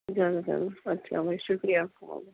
اجازت ہے ابھی اچھا بھائی شکریہ آپ کا بہت بہت